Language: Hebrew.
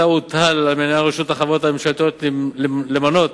מ-2003 מחייבת חברות ממשלתיות לעשות